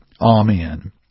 Amen